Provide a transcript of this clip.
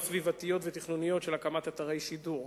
סביבתיות ותכנוניות על הקמת אתרי שידור.